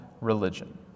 religion